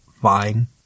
fine